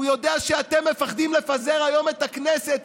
הוא יודע שאתם מפחדים לפזר היום את הכנסת,